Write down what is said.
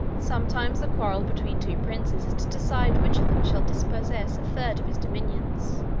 sometimes the quarrel between two princes is to decide which of them shall dispossess a third of his dominions,